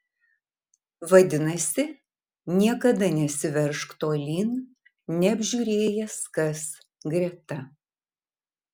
vadinasi niekada nesiveržk tolyn neapžiūrėjęs kas greta